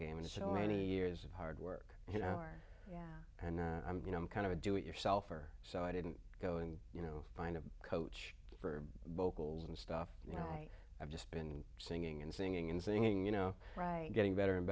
game and so many years of hard work you know yeah and i'm you know i'm kind of a do it yourself or so i didn't go and you know find a coach for boucle and stuff you know i've just been singing and singing and singing you know getting better and